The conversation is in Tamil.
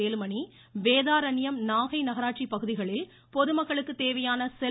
வேலுமணி வேதாரண்யம் நாகை நகராட்சி பகுதிகளில் பொதுமக்களுக்கு தேவையான செல்